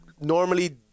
normally